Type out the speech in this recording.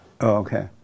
Okay